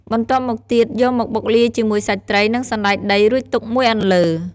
បន្ទាប់មកទៀតយកមកបុកលាយជាមួយសាច់ត្រីនិងសណ្តែកដីរួចទុកមួយអន្លើ។